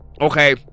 okay